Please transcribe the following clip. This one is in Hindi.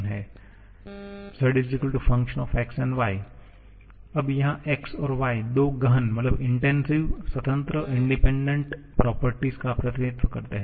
z fx y अब यहाँ x और y दो गहन स्वतंत्र गुणों का प्रतिनिधित्व करते हैं